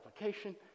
application